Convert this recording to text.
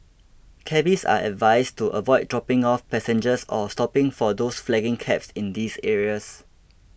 cabbies are advised to avoid dropping off passengers or stopping for those flagging cabs in these areas